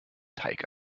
teig